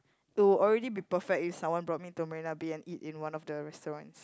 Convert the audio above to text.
to already be perfect is someone brought me to Marina-Bay and eat in one of the restaurants